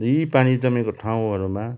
र यी पानी जमेको ठाउँहरूमा